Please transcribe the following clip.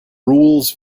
rules